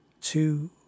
two